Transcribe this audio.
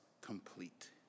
complete